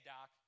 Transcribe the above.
Doc